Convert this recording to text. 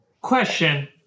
question